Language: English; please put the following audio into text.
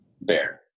Bear